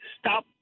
Stop